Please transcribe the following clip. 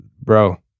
bro